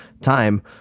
time